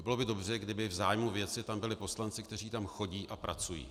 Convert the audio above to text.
Bylo by dobře, kdyby v zájmu věci tam byli poslanci, kteří tam chodí a pracují.